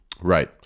Right